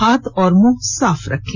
हाथ और मुंह साफ रखें